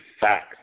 Facts